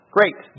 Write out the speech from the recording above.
Great